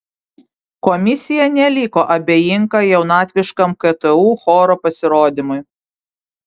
komisija neliko abejinga jaunatviškam ktu choro pasirodymui